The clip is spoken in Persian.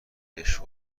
عشق